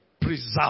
Preserve